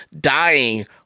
dying